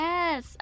Yes